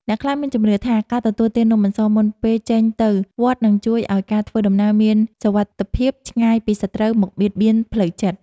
អ្នកខ្លះមានជំនឿថាការទទួលទាននំអន្សមមុនពេលចេញទៅវត្តនឹងជួយឱ្យការធ្វើដំណើរមានសុវត្ថិភាពឆ្ងាយពីសត្រូវមកបៀតបៀនផ្លូវចិត្ត។